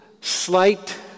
slight